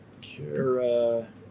Kara